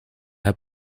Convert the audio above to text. her